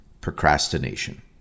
procrastination